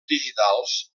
digitals